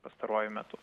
pastaruoju metu